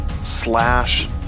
slash